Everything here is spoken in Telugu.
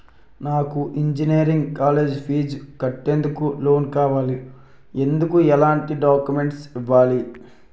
నాకు ఇంజనీరింగ్ కాలేజ్ ఫీజు కట్టేందుకు లోన్ కావాలి, ఎందుకు ఎలాంటి డాక్యుమెంట్స్ ఇవ్వాలి?